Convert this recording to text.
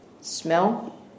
smell